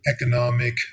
economic